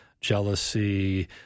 jealousy